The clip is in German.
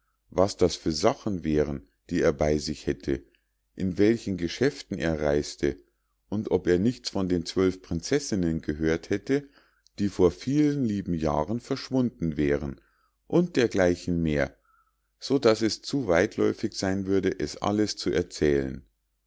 was das für sachen wären die er bei sich hätte in welchem geschäft er reis'te und ob er nichts von den zwölf prinzessinnen gehört hätte die vor vielen lieben jahren verschwunden wären und dergleichen mehr so daß es zu weitläufig sein würde es alles zu erzählen